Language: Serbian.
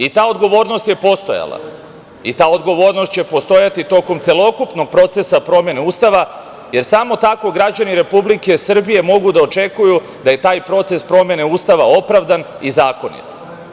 I ta odgovornost je postojala i ta odgovornost će postojati tokom celokupnog procesa promene Ustava, jer samo tako građani Republike Srbije mogu da očekuju da je taj proces promene Ustava opravdan i zakonit.